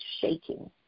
shaking